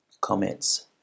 comments